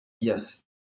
yes